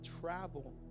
travel